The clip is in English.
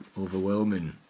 Overwhelming